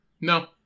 No